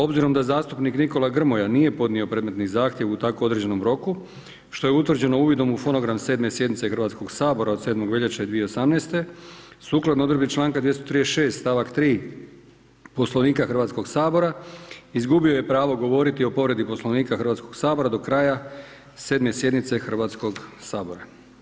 Obzirom da zastupnik Nikola Grmoja nije podnio predmetni zahtjev u tako određenom roku što je utvrđeno uvidom u fonogram 7. sjednice Hrvatskog sabora od 7. veljače 2018., sukladno odredbi članka 236. stavak 3. Poslovnika Hrvatskog sabora, izgubio je pravo govoriti o povredi Poslovnika Hrvatskog sabora do kraja 7. sjednice Hrvatskog sabora.